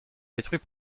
détruit